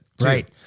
right